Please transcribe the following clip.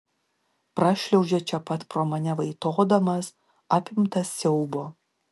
prašliaužia čia pat pro mane vaitodamas apimtas siaubo